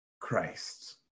Christ